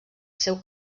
seu